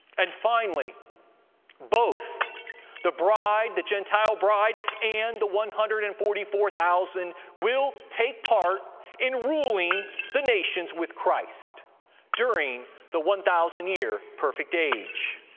and finally both the bride, the gentile bride and the one hundred and forty four thousand will take part in ruling the nations with christ during the one thousand year perfect age.